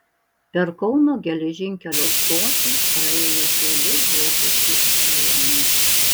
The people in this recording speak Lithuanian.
per kauno geležinkelio stotį praėjo keli vokiečių ešelonai